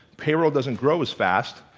payroll doesn't grow as fast,